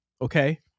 okay